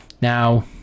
Now